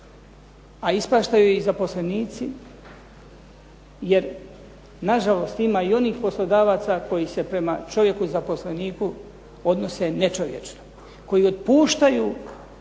a ispaštaju i zaposlenici jer nažalost ima i onih poslodavaca koji se prema čovjeku i zaposleniku odnose nečovječno, koji otpuštaju